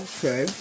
Okay